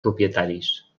propietaris